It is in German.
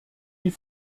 die